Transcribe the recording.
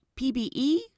PBE